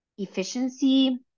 Efficiency